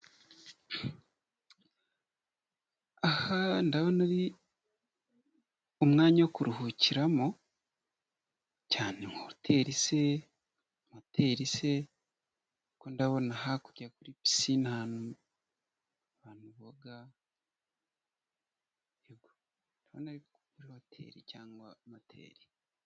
Aha ndabona ari umwanya wo kuruhukiramo cyane nka hoteli se, moteri se, ko ndabona hakurya kuri pisine ahantu abantu hari hoteli cyangwa moteri.